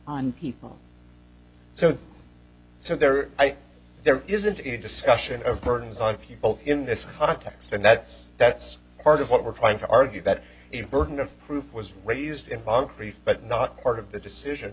on people so so there there isn't any discussion of burdens on people in this context and that's that's part of what we're trying to argue that in burden of proof was raised in bunk reef but not part of the decision